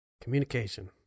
communication